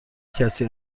کسی